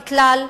לכלל,